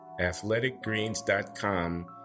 athleticgreens.com